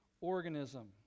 organism